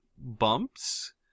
bumps